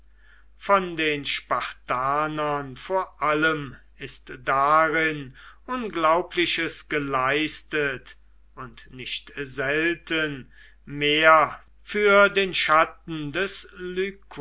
von den spartanern vor allem ist darin unglaubliches geleistet und nicht selten mehr für den schatten des